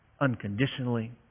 unconditionally